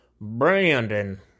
Brandon